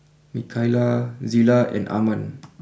Mikaila Zela and Armand